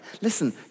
Listen